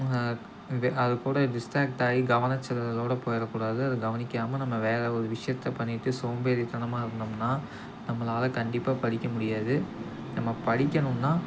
அது கூட டிஸ்ட்ராக்ட் ஆகி கவன சிதறலோட போய்ட கூடாது அத கவனிக்காமல் நம்ம வேற ஒரு விஷயத்த பண்ணிட்டு சோம்பேறித்தனமாக இருந்தோம்ன்னால் நம்மளால் கண்டிப்பாக படிக்க முடியாது நம்ம படிக்கணுன்னால்